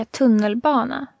tunnelbana